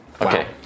Okay